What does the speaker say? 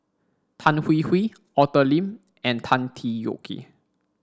Tan Hwee Hwee Arthur Lim and Tan Tee Yoke